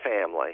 family